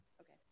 Okay